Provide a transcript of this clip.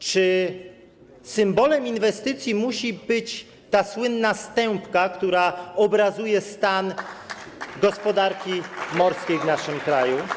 Czy symbolem inwestycji musi być ta słynna stępka, która obrazuje stan gospodarki morskiej w naszym kraju?